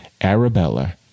Arabella